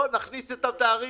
נכניס את התאריך.